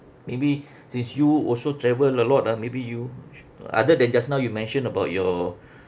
maybe since you also travel a lot ah maybe you other than just now you mentioned about your